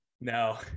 no